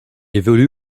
évolue